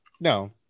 No